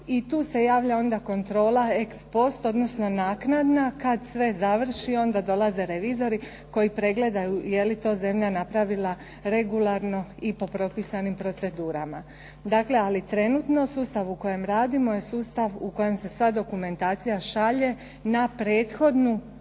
i tu se javlja onda kontrola ex post, odnosno naknadna. Kad sve završi onda dolaze revizori koji pregledaju je li to zemlja napravila regularno i po propisanim procedurama. Dakle, ali trenutno sustav u kojem radimo je sustav u kojem se sva dokumentacija šalje na prethodnu